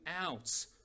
out